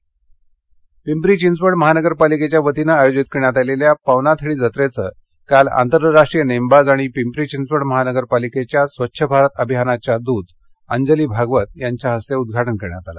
पवनाथडी जत्रा पिंपरी चिंचवड महानगरपालिकेच्या वतीनं आयोजित करण्यात आलेल्या पवनाथडी जत्रेचं काल आंतरराष्ट्रीय नेमबाज आणि पिंपरी चिंचवड महानगरपालिकेच्या स्वच्छ भारत अभियानाच्या दूत अंजली भागवत यांच्या हस्ते उद्घाटन करण्यात आलं